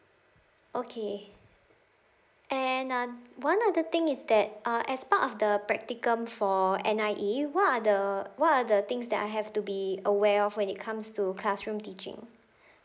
okay and uh one of the thing is that uh as part of the practicum for N_I_E what are the what are the things that I have to be aware of when it comes to classroom teaching